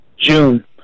June